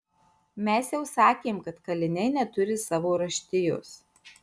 mes jau sakėm kad kaliniai neturi savo raštijos